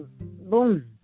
boom